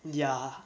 ya